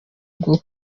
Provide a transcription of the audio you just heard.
bwo